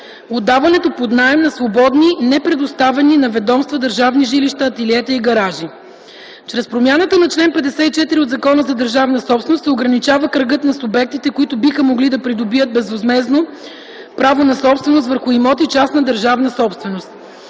отдаването под наем на свободни, непредоставени на ведомства държавни жилища, ателиета и гаражи. Чрез промяната на чл. 54 от Закона за държавната собственост се ограничава кръгът на субектите, които биха могли да придобият безвъзмездно право на собственост върху имоти - частна държавна собственост.